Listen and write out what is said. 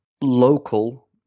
local